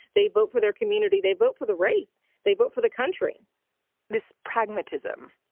they vote for their community. they vote for the race. they vote for the country this pragmatism,